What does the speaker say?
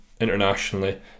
internationally